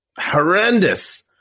horrendous